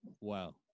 Wow